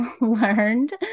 learned